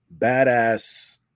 badass